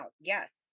yes